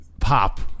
Pop